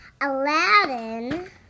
Aladdin